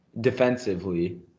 Defensively